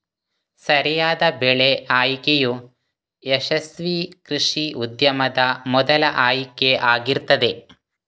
ಸರಿಯಾದ ಬೆಳೆ ಆಯ್ಕೆಯು ಯಶಸ್ವೀ ಕೃಷಿ ಉದ್ಯಮದ ಮೊದಲ ಆಯ್ಕೆ ಆಗಿರ್ತದೆ